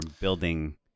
building